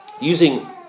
using